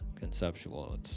conceptual